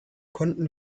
konnten